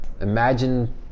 imagine